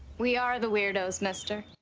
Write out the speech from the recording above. we are the weirdos, mister.